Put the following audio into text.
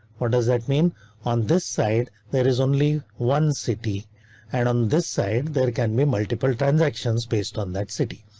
what does that mean on this side? there is only one city and on this side there can be multiple transactions based on that city.